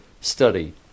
study